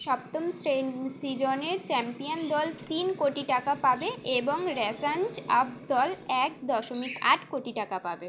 সপ্তম শ্রেণি সিজনের চ্যাম্পিয়ান দল তিন কোটি টাকা পাবে এবং র্যাঞ্চ আপ দল এক দশমিক আট কোটি টাকা পাবে